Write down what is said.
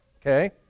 okay